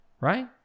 right